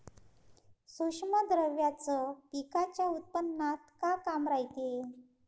सूक्ष्म द्रव्याचं पिकाच्या उत्पन्नात का काम रायते?